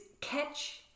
catch